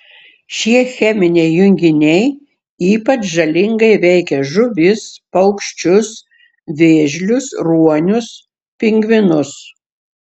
šie cheminiai junginiai ypač žalingai veikia žuvis paukščius vėžlius ruonius pingvinus